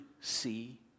see